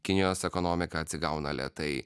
kinijos ekonomika atsigauna lėtai